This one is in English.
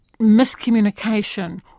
miscommunication